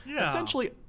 Essentially